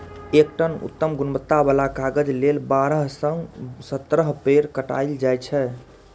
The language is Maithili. एक टन उत्तम गुणवत्ता बला कागज लेल बारह सं सत्रह पेड़ काटल जाइ छै